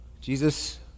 Jesus